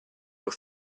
were